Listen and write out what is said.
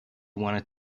wanted